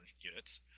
units